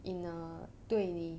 in a 对你